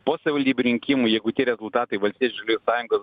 po savivaldybių rinkimų jeigu tie rezultatai valstiečių žaliųjų sąjungos